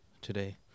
today